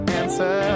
answer